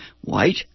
white